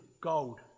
gold